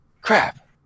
crap